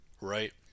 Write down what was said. right